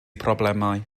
problemau